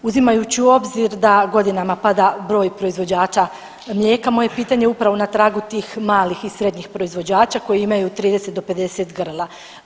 Uzimajući u obzir da godinama pada broj proizvođača mlijeka moje pitanje je upravo na tragu tih malih i srednjih proizvođača koji imaju od 30 do 50 grla.